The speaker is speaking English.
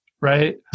right